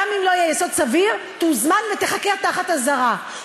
גם אם לא יהיה יסוד סביר, תוזמן ותיחקר תחת אזהרה.